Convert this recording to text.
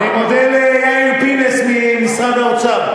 אני מודה ליאיר פינס ממשרד האוצר,